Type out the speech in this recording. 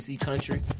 country